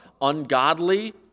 ungodly